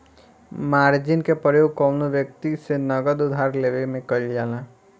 margin के प्रयोग कौनो व्यक्ति से नगद उधार लेवे में कईल जाला